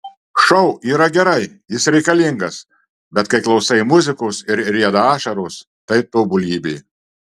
šou yra gerai jis reikalingas bet kai klausai muzikos ir rieda ašaros tai tobulybė